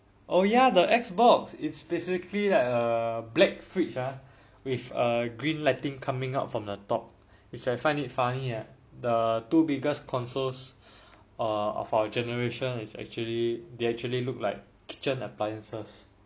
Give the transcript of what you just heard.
oh ya the Xbox it's basically like a black fridge ah with a green lighting coming up from the top which I find it funny ah the two biggest consoles of our generation is actually they actually look like kitchen appliances